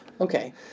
Okay